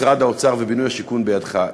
משרד האוצר ובינוי ושיכון בידיך.